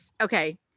okay